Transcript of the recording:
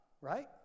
right